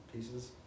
pieces